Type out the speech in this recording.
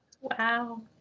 Wow